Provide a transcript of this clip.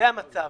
זה המצב.